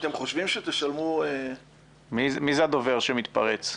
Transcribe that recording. אתם חושבים שתשלמו --- מי זה הדובר שמתפרץ?